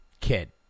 kid